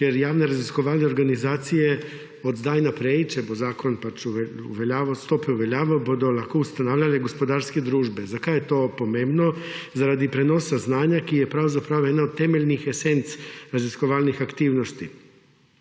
ker javne raziskovalne organizacije od zdaj naprej, če bo zakon pač stopil v veljavo, bodo lahko ustanavljale gospodarske družbe. Zakaj je to pomembno? Zaradi prenosa znanja, ki je pravzaprav eden od temeljnih esenc raziskovalnih aktivnosti.